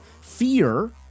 fear